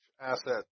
asset